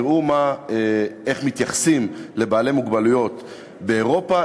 איך מתייחסים לבעלי מוגבלויות באירופה,